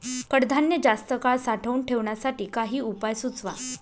कडधान्य जास्त काळ साठवून ठेवण्यासाठी काही उपाय सुचवा?